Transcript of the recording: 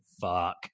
fuck